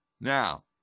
Now